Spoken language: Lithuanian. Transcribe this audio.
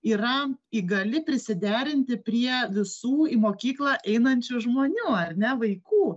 yra įgali prisiderinti prie visų į mokyklą einančių žmonių ar ne vaikų